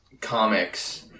comics